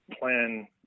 plan